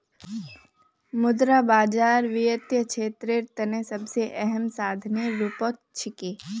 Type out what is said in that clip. मुद्रा बाजार वित्तीय क्षेत्रेर तने सबसे अहम साधनेर रूपत छिके